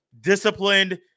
disciplined